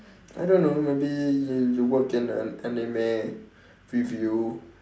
I don't know maybe you you work in an anime review